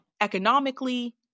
economically